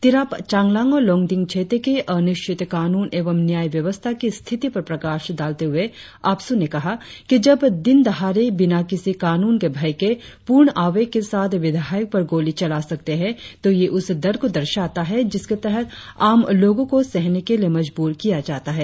तिरप चांगलांग और लोंगडिंग क्षेत्र की अनिश्चित कानून एवं न्याय व्यवस्था की स्थिति पर प्रकाश डालते हुए आपसू ने कहा कि जब दिन दहाड़े बिना किसी कानून के भय के पूर्ण आवेग के साथ विधायक पर गोली चला सकते है तो यह उस डर को दर्शाता है जिसके तहत आम लोगों को सहने के लिए मजबूर किया जाता है